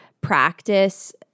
practice